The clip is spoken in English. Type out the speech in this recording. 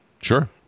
Sure